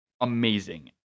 amazing